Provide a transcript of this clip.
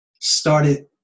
started